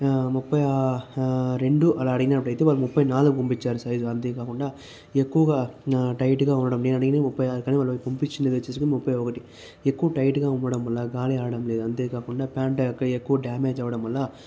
ముప్పై రెండు అలా అడిగినట్టయితే వాళ్ళు ముప్పై నాలుగు పంపించినారు సైజ్ అంతే కాకుండా ఎక్కువగా నా టైట్గా ఉండడం నేను అడిగింది ముప్పై ఆరు కానీ వాళ్ళు పంపించింది వచ్చేసి ముప్పై ఒకటి ఎక్కువ టైట్గా ఉండడం వల్ల గాలి ఆడడం లేదు అంతే కాకుండా ప్యాంటు యొక్క ఎక్కువ డామేజ్ అవ్వడం వల్ల